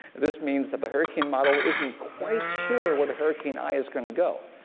this means that the hurricane model isn't quite sure where the hurricane eye is going to go.